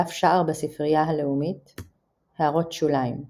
דף שער בספרייה הלאומית == הערות שוליים ==== הערות שוליים ==